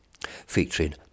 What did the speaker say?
featuring